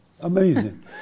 Amazing